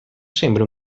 sembri